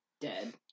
Dead